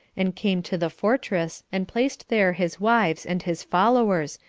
and came to the fortress, and placed there his wives and his followers,